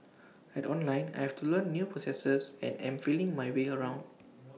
at online I have to learn new processes and am feeling my way around